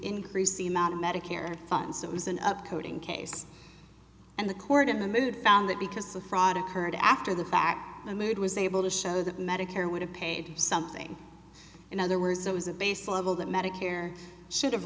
increase the amount of medicare funds that was an up coding case and the court in the middle of found that because of fraud occurred after the fact the mood was able to show that medicare would have paid something in other words it was a base level that medicare should